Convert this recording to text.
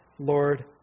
Lord